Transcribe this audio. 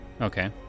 Okay